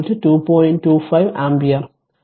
25 ampere